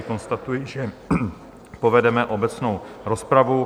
Konstatuji, že povedeme obecnou rozpravu.